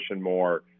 more